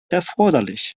erforderlich